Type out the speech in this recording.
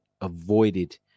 avoided